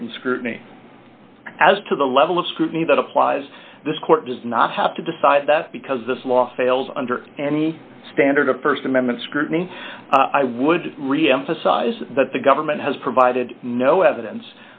heightened scrutiny as to the level of scrutiny that applies this court does not have to decide that because this law fails under any standard of st amendment scrutiny i would reemphasize that the government has provided no evidence